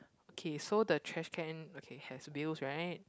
K so the trash can okay has wheels right